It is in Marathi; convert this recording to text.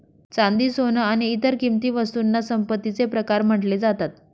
चांदी, सोन आणि इतर किंमती वस्तूंना संपत्तीचे प्रकार म्हटले जातात